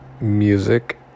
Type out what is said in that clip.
music